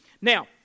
Now